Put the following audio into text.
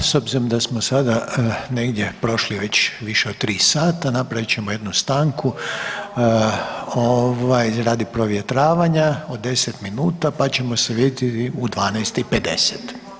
S obzirom da smo sada negdje prošli već više od 3 sata, napravit ćemo jednu stanku, ovaj, radi provjetravanja od 10 minuta pa ćemo se vidjeti u 12 i 50.